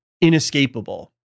inescapable